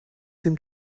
dem